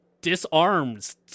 disarms